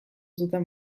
zuten